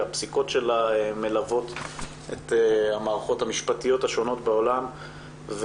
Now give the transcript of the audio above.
הפסיקות שלה מלוות את המערכות המשפטיות השונות בעולם.